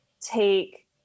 take